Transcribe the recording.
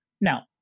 Now